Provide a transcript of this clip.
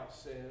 says